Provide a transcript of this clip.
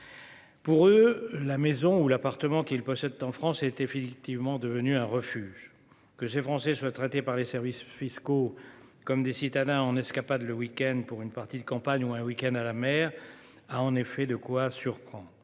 Pour eux, la maison ou l'appartement qu'ils possèdent en France est effectivement devenu un refuge. Que ces Français soient traités par les services fiscaux comme des citadins en escapade, pour une partie de campagne ou un week-end à la mer, a en effet de quoi surprendre.